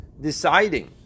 deciding